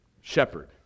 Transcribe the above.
shepherd